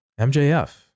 MJF